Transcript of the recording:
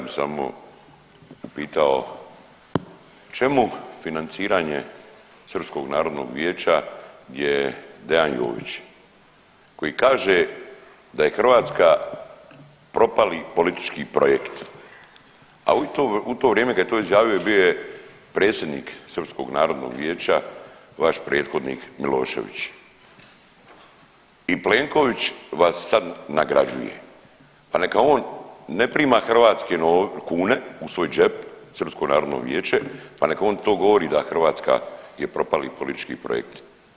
Ja bi samo upitao čemu financiranje Srpskog narodnog vijeća gdje Dean Jović koji kaže da je Hrvatska propali politički projekt, a u to vrijeme kad je to izjavio bio je predsjednik Srpskog narodnog vijeća vaš prethodnik Milošević i Plenković vas sad nagrađuje, pa neka on ne prima hrvatske kune u svoj džep, Srpsko narodno vijeće, pa neka on to govori da Hrvatska je propali politički projekt.